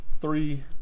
three